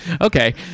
Okay